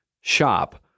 shop